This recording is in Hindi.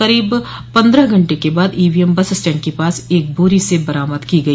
करीब पन्द्रह घंटे बाद ईवीएम बस स्टैंड के पास एक बोरी से बरामद की गई